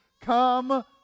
come